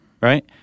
right